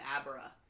Abra